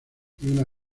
una